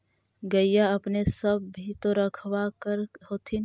गईया अपने सब भी तो रखबा कर होत्थिन?